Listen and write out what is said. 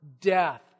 death